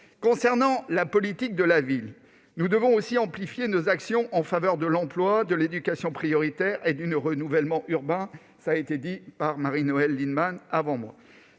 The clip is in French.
Concernant la politique de la ville, nous devons aussi amplifier nos actions en faveur de l'emploi, de l'éducation prioritaire et du renouvellement urbain, comme l'a dit Marie-Noëlle Lienemann.